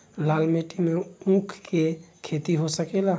लाल माटी मे ऊँख के खेती हो सकेला?